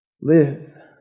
live